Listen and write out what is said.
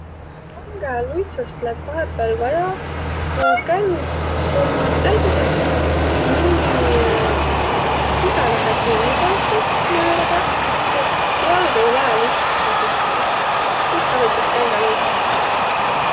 Kängäluitsast lätt vahepääl vaja, ku käng om näütüses nii tugõvahe kinniq pantu nüürega, et jalg ei lähe lihtsähe sisse. Sis avitas kängäluitsas väega.